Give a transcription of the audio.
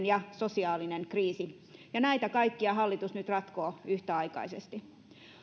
ja sosiaalinen kriisi ja näitä kaikkia hallitus nyt ratkoo yhtäaikaisesti